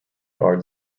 are